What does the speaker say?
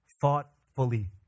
thoughtfully